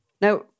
Now